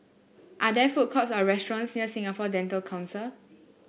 are there food courts or restaurants near Singapore Dental Council